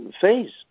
phase